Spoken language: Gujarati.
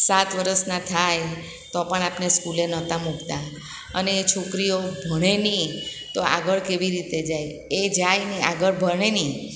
સાત વર્ષનાં થાય તો પણ આપણે સ્કૂલે નહોતા મૂકતા અને છોકરીઓ ભણે નહીં તો આગળ કેવી રીતે જાય એ જાય નહીં આગળ ભણે નહીં